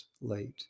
late